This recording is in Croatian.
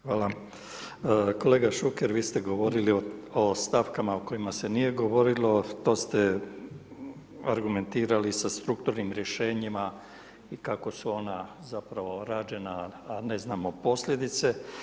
Hvala, kolega Šuker vi ste govorili o stavkama o kojima se nije govorili to ste argumentirali sa strukturnim rješenjima i kako su ona zapravo rađena a ne znamo posljedice.